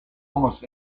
almost